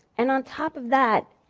and on top of that,